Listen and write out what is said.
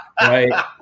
right